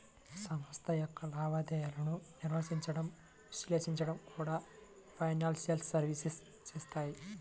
సంస్థ యొక్క లావాదేవీలను నిర్వహించడం, విశ్లేషించడం కూడా ఫైనాన్షియల్ సర్వీసెస్ చేత్తాయి